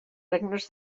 regnes